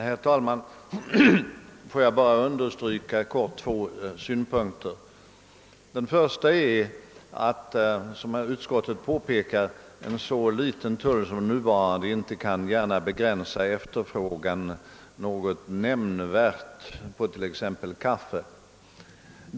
Herr talman! Får jag bara i korthet understryka två synpunkter. Den första är att — såsom utskottet påpekar — en så liten tull som den nuvarande inte gärna kan begränsa efterfrågan nämnvärt på t.ex. kaffe.